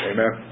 Amen